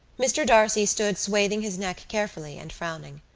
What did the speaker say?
mr. d'arcy stood swathing his neck carefully and frowning.